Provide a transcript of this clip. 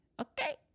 Okay